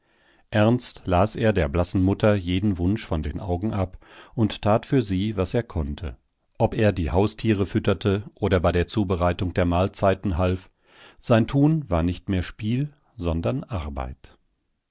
ernst las er der blassen mutter jeden wunsch von den augen ab und tat für sie was er konnte ob er die haustiere fütterte oder bei der zubereitung der mahlzeiten half sein tun war nicht mehr spiel sondern arbeit